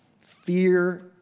fear